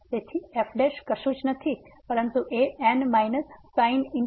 તેથી f કશું જ નથી પરંતુ એ n sin et et